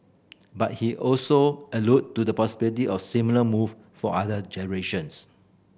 but he also alluded to the possibility of similar move for other generations